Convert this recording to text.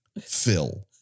Phil